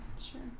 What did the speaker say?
sure